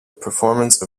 performance